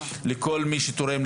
לכל מי שתורם,